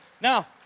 Now